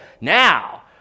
now